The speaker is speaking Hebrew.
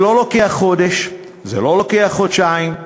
זה לא לוקח חודש, וזה לא לוקח חודשיים,